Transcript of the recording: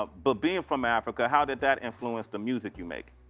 ah but being from africa, how did that influence the music you make?